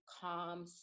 calm